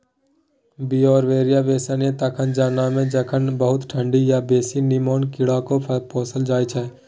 Beauveria bassiana तखन जनमय छै जखन बहुत ठंढी या बेसी नमीमे कीड़ाकेँ पोसल जाइ छै